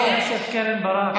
חברת הכנסת קרן ברק.